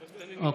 צודק,